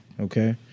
Okay